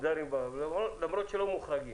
למרות שלא מוחרגים.